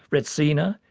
retsina,